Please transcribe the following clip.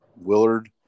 Willard